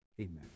amen